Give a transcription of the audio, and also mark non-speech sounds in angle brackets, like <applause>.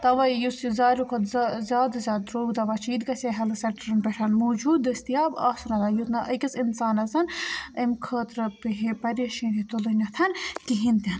تَوَے یُس یہِ زاروی کھۄتہٕ زٕ زیادٕ زیادٕ درٛوگ دَوا چھِ یہِ تہِ گَژھے ہٮ۪لٕتھ سٮ۪نٛٹَرَن پٮ۪ٹھ موٗجوٗد دٔستِیاب آسُن <unintelligible> یُتھ نہٕ أکِس اِنسانَس أمۍ خٲطرٕ پیٚیہِ ہے پَریشٲنی تُلٕنۍ نٮ۪تھ کِہیٖنۍ تہِ نہٕ